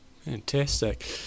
Fantastic